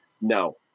No